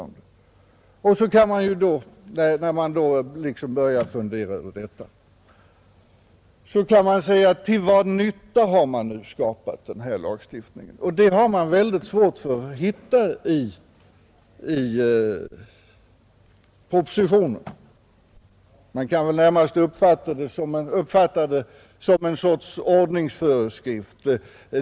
Nr 78 När man börjar fundera över detta kan man fråga sig, till vad nytta Torsdagen den den föreslagna lagbestämmelsen tillkommit. Något svar härpå har man 6 maj 1971 svårt att finna i propositionen. Man kan väl närmast uppfatta den som en ETT TESS sorts ordningsföreskrift.